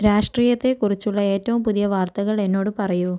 രാഷ്ട്രീയത്തെ കുറിച്ചുള്ള ഏറ്റവും പുതിയ വാർത്തകൾ എന്നോട് പറയൂ